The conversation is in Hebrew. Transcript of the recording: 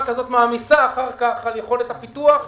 כזאת מעמיסה אחר כך על יכולת הפיתוח.